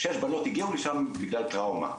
שש בנות הגיעו לשם בגלל טראומה,